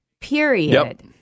period